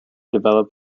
develop